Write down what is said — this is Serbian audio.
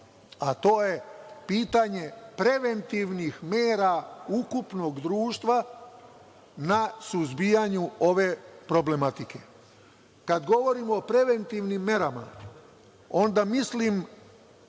a to je pitanje preventivnih mera ukupnog društva na suzbijanju ove problematike. Kad govorim o preventivnim merama, onda mislim